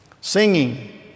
Singing